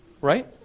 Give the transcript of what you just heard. right